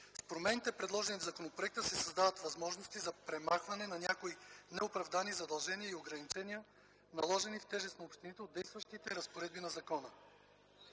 С промените, предложени в законопроекта, се създават възможности за премахване на някои неоправдани задължения и ограничения, наложени в тежест на общините от действащите разпоредби на закона.